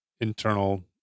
internal